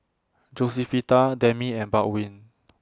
Josefita Demi and Baldwin